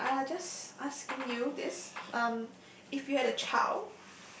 okay uh just asking you this um if you had a child